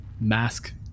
mask